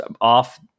off